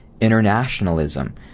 internationalism